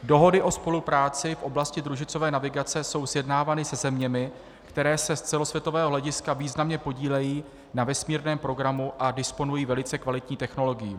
Dohody o spolupráci v oblasti družicové navigace jsou sjednávány se zeměmi, které se z celosvětového hlediska významně podílejí na vesmírném programu a disponují velice kvalitní technologií.